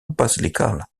basilical